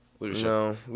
No